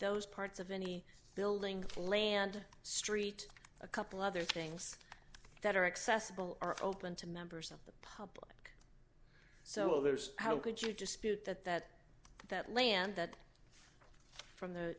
those parts of any building land street a couple other things that are accessible are open to members of the park so there's how could you dispute that that that land that from the